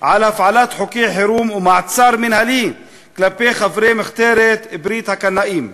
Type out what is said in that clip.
על הפעלת חוקי חירום ומעצר מינהלי כלפי חברי מחתרת "ברית הקנאים".